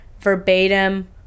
verbatim